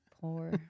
poor